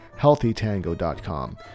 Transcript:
HealthyTango.com